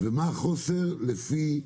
ועל החוסר לפי מגזרים?